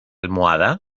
almohada